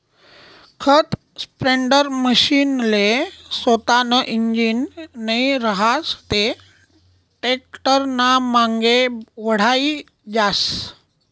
खत स्प्रेडरमशीनले सोतानं इंजीन नै रहास ते टॅक्टरनामांगे वढाई जास